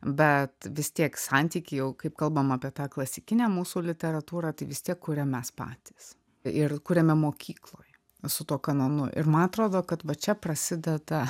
bet vis tiek santykį jau kaip kalbam apie tą klasikinę mūsų literatūrą tai vis tiek kuriam mes patys ir kuriame mokykloj su tuo kanonu ir man atrodo kad va čia prasideda